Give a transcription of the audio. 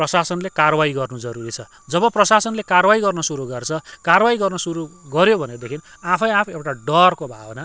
प्रशासनले कारबाही गर्नु जरुरी छ जब प्रशासनले कारबाई गर्न सुरु गर्छ कारबाही गर्न सुरु गऱ्यो भने देखि आफै आफ एउटा को भावना